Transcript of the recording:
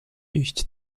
iść